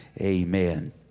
Amen